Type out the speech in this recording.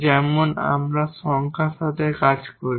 যেমন আমরা সংখ্যার সাথে কাজ করি